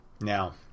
Now